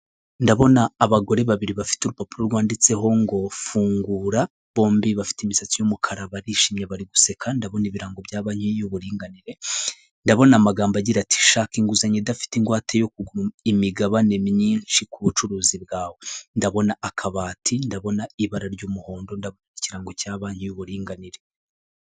Ndabona abagore babiri bafite urupapuro rwanditseho ngo fungura bombi bafite imisatsi y'umukara barishimye bari guseka ndabona ibirango bya banki y'uburinganire ndabona amagambo agira ati shaka inguzanyo idafite ingwate yo kugura imigabane myinshi ku bucuruzi bwawe ndabona akabati ,ndabona ibara ry'umuhondo ndagura ikirango cya banki y'uburinganire .